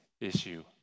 issue